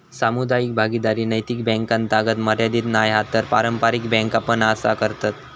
सामुदायिक भागीदारी नैतिक बॅन्कातागत मर्यादीत नाय हा तर पारंपारिक बॅन्का पण असा करतत